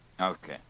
Okay